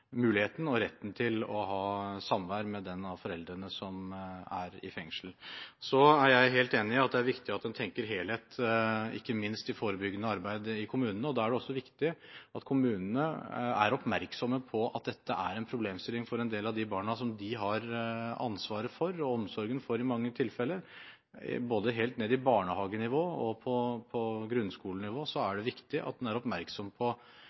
muligheten og retten til å ha samvær med den av foreldrene som er i fengsel. Jeg er helt enig i at det er viktig at man tenker helhet ikke minst i forebyggende arbeid i kommunene, og da er det også viktig at kommunene er oppmerksom på at dette er en problemstilling for en del av de barna som de har ansvaret for – og omsorgen for, i mange tilfeller. Både helt ned på barnehagenivå og på grunnskolenivå er det viktig at man er oppmerksom på